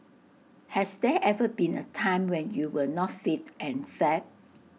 has there ever been A time when you were not fit and fab